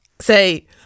say